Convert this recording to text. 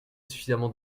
suffisamment